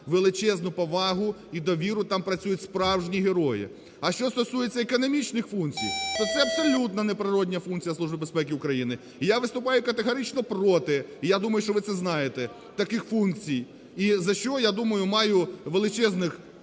величезну повагу і довіру, там працюють справжні герої. А що стосується економічних функцій, то це абсолютно неприродна функція Служби безпеки України. І я виступаю категорично проти, і я думаю, що ви це знаєте, таких функцій, і за що, я думаю, маю величезних